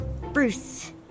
Bruce